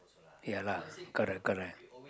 ya lah correct correct